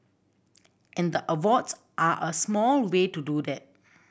and the awards are a small way to do that